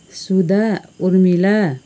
Suda Urmila